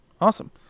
Awesome